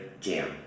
jam